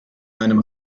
einem